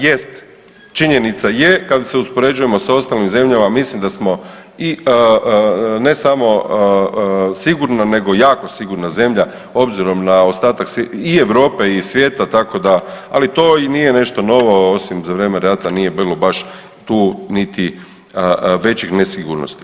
Jest, činjenica je kada se uspoređujemo sa ostalim zemljama mislim da smo i ne samo sigurna nego jako sigurna zemlja obzirom na ostatak i Europe i svijeta tako da, ali to i nije nešto novo osim za vrijeme rata nije bilo tu baš niti većih nesigurnosti.